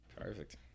Perfect